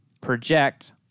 project